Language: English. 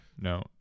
No